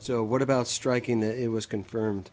so what about striking that it was confirmed